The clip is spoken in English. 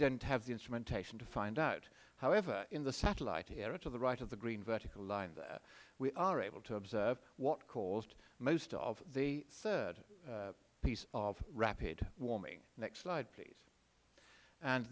didn't have the instrumentation to find out however in the satellite area to the right of the green vertical line there we are able to observe what caused most of the third piece of rapid warming next slide please and